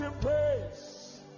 praise